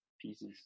pieces